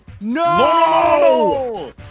No